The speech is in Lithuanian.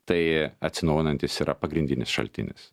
tai atsinaujinantis yra pagrindinis šaltinis